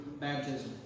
baptism